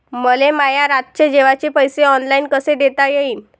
मले माया रातचे जेवाचे पैसे ऑनलाईन कसे देता येईन?